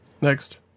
Next